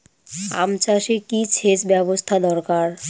আম চাষে কি সেচ ব্যবস্থা দরকার?